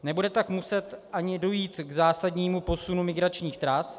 Nebude tak muset ani dojít k zásadnímu posunu migračních tras.